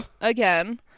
again